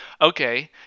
okay